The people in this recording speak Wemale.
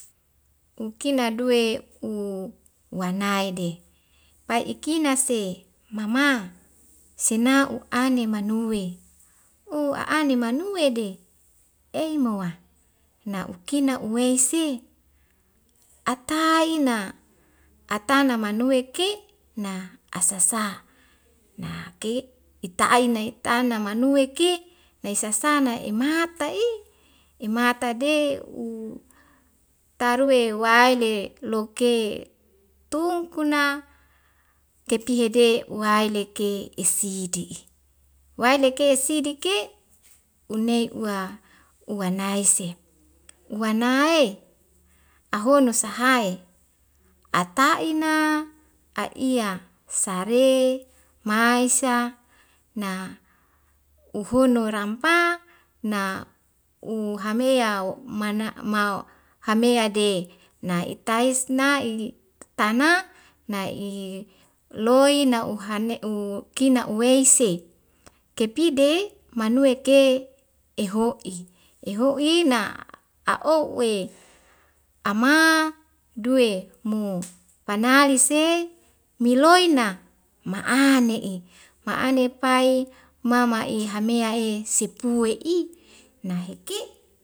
Ukina duwe u wanai de pai ikina se mama sina u'ane manue o a'ane manuwe de tei moa na'ukina uwei se ataaa ina ata nama nuwe ke na asa sa na ke ita'e nai na tanamanuwe ke mesa sa na emata i emata de u taru we wae le loke tungku na kepihede waileke esidi waileke esidike unei uwa uwanai sep uwanae ahono sahae ata'ina a'iya sare maisa na uhun noerampa na u hamea mana mau hamea de na itaisna'i tana nai i loi na uhane u kina uweise kepide manuek ke eho'i eho'i na a'ou' we ama duwe mo panalisei miloi na ma'ane ne'i ma'ane pai mama i hamea e sepue i nahike